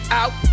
out